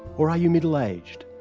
or are you middle-aged,